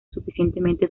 suficientemente